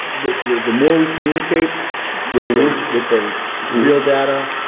the the more we communicate with the with the real data,